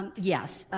um yes.